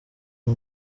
uyu